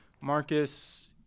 Marcus –